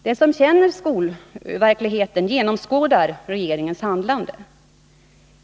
De som känner skolverkligheten genomskådar regeringens handlande.